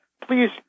please